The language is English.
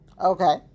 okay